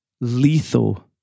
lethal